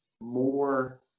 more